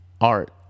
art